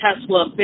Tesla